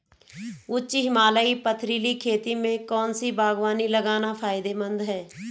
उच्च हिमालयी पथरीली खेती में कौन सी बागवानी लगाना फायदेमंद है?